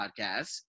podcast